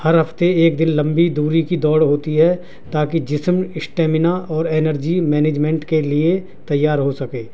ہر ہفتے ایک دن لمبی دوری کی دوڑ ہوتی ہے تاکہ جسم اسٹیمینا اور انرجی مینجمنٹ کے لیے تیار ہو سکے